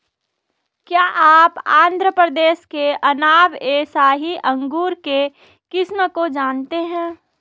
क्या आप आंध्र प्रदेश के अनाब ए शाही अंगूर के किस्म को जानते हैं?